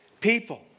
people